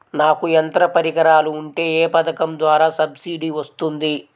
నాకు యంత్ర పరికరాలు ఉంటే ఏ పథకం ద్వారా సబ్సిడీ వస్తుంది?